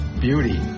beauty